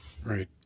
Right